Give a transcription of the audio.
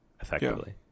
effectively